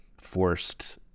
forced